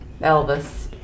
Elvis